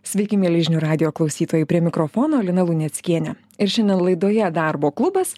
sveiki mieli žinių radijo klausytojai prie mikrofono lina luneckienė ir šiandien laidoje darbo klubas